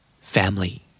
Family